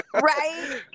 Right